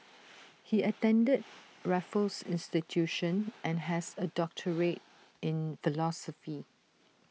he attended Raffles institution and has A doctorate in philosophy